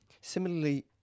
Similarly